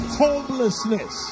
homelessness